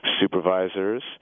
supervisors